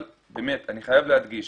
אני חייב להדגיש